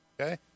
Okay